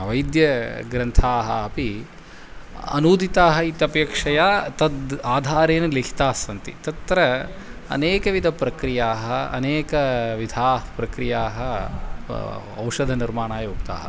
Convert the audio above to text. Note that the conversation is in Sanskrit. वैद्यग्रन्थाः अपि अनूदिताः इत्यपेक्षया तद् आधारेण लिखिताः सन्ति तत्र अनेकविधप्रक्रियाः अनेकविधाः प्रक्रियाः औषधनिर्माणाय उक्ताः